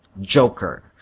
Joker